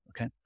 okay